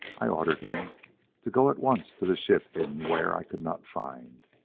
i ordered him to go at once to the ship hidden where i could not find,